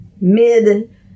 mid-